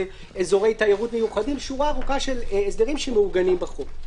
אזורי תיירות מיוחדים שורה ארוכה של הסדרים שמעוגנים בחוק.